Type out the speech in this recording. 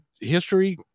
history